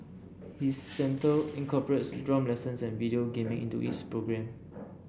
his centre incorporates drum lessons and video gaming into its programme